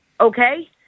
okay